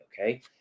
okay